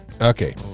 okay